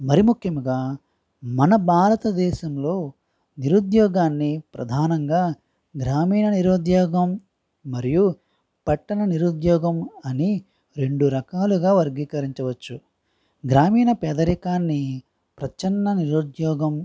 మరి ముఖ్యముగా మన భారతదేశంలో నిరుద్యోగాన్ని ప్రధానంగా గ్రామీణ నిరుద్యోగం మరియు పట్టణ నిరుద్యోగం అని రెండు రకాలుగా వర్గీకరించవచ్చు గ్రామీణ పేదరికాన్ని ప్రచ్ఛన్న నిరుద్యోగం